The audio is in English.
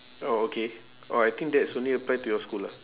oh okay oh I think that's only apply to your school lah